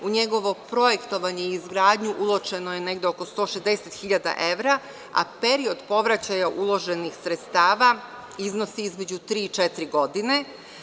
U njegovo projektovanje i izgradnju je uloženo negde oko 160.000 evra, a period povraćaja uloženih sredstava iznosi između tri i četiri godine.